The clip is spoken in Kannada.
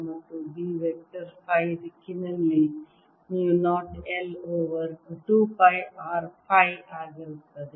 ಮತ್ತು B ವೆಕ್ಟರ್ ಫೈ ದಿಕ್ಕಿನಲ್ಲಿ mu 0 I over 2 pi r phi ಆಗಿರುತ್ತದೆ